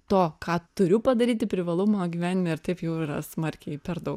to ką turiu padaryti privalumo gyvenime ir taip jau yra smarkiai per daug